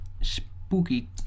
spooky